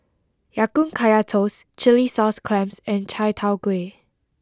Ya Kun Kaya Toast Chilli Sauce clams and Chai Tow Kuay